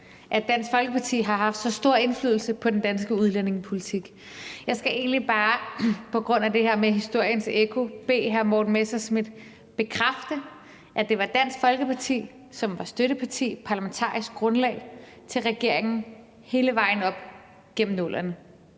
at Dansk Folkeparti har haft så stor indflydelse på den danske udlændingepolitik. Jeg skal egentlig bare på grund af det her med historiens ekko bede hr. Morten Messerschmidt bekræfte, at det var Dansk Folkeparti, som var støtteparti og parlamentarisk grundlag for regeringen hele vejen op igennem 00'erne.